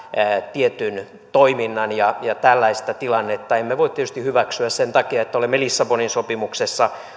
tietyn toiminnan ja tällaista tilannetta emme voi tietysti hyväksyä sen takia että olemme lissabonin sopimuksessa